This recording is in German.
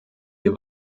wir